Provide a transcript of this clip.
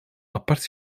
apart